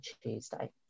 Tuesday